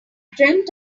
dreamt